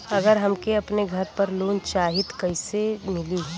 अगर हमके अपने घर पर लोंन चाहीत कईसे मिली?